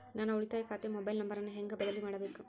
ನನ್ನ ಉಳಿತಾಯ ಖಾತೆ ಮೊಬೈಲ್ ನಂಬರನ್ನು ಹೆಂಗ ಬದಲಿ ಮಾಡಬೇಕು?